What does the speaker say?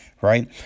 right